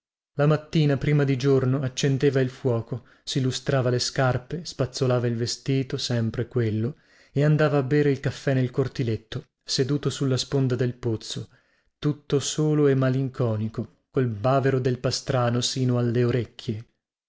la mattina prima di giorno accendeva il fuoco si lustrava le scarpe spazzolava il vestito sempre quello e andava a bere il caffè nel cortiletto seduto sulla sponda del pozzo tutto solo e malinconico col bavero del pastrano sino alle orecchie